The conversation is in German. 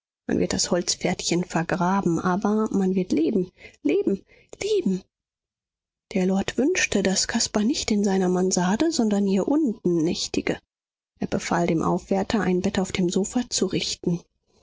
man wird das holzpferdchen vergraben aber man wird leben leben leben der lord wünschte daß caspar nicht in seiner mansarde sondern hier unten nächtige er befahl dem aufwärter ein bett auf dem sofa zu richten